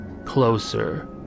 closer